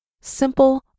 simple